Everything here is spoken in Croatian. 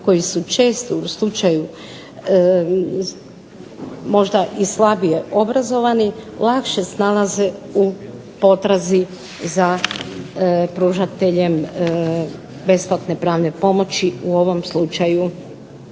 koji su često u slučaju možda i slabije obrazovani, lakše snalaze u potrazi za pružateljem besplatne pravne pomoći u ovom slučaju